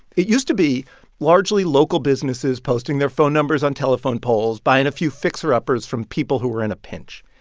it used to be largely local businesses posting their phone numbers on telephone poles, buying a few fixer-uppers from people who were in a pinch.